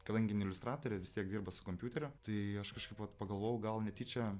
kadangi jin iliustratorė vis tiek dirba su kompiuteriu tai aš kažkaip vat pagalvojau gal netyčia